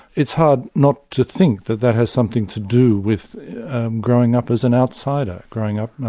it's hard not to think that that has something to do with growing up as an outsider, growing up,